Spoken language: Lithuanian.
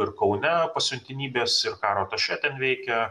ir kaune pasiuntinybės ir karo atašė veikia